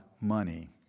money